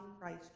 Christ